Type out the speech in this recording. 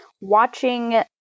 watching